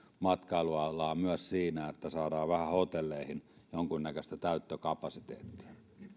matkailualaa myös siinä että saadaan hotelleihin vähän jonkunnäköistä täyttökapasiteettia